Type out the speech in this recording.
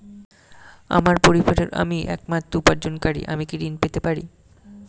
আমার পরিবারের আমি একমাত্র উপার্জনকারী আমি কি ঋণ পেতে পারি?